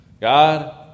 God